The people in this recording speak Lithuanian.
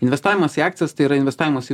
investavimas į akcijas tai yra investavimas į